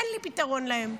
אין לי פתרון להם.